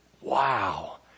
wow